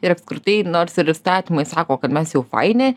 ir apskritai nors ir įstatymai sako kad mes jau faini